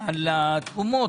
על התרומות,